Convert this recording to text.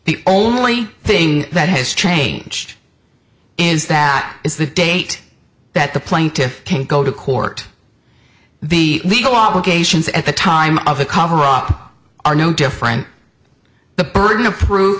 the only thing that has changed is that is the date that the plaintiffs can't go to court the legal obligations at the time of a cover up are no different the burden of proof